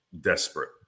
desperate